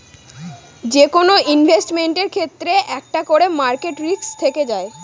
যেকোনো ইনভেস্টমেন্টের ক্ষেত্রে একটা করে মার্কেট রিস্ক থেকে যায়